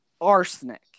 arsenic